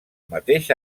mateix